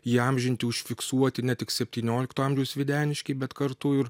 įamžinti užfiksuoti ne tik septyniolikto amžiaus videniškiai bet kartu ir